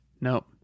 Nope